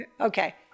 Okay